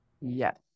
Yes